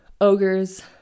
ogres